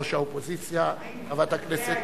ראש האופוזיציה חברת הכנסת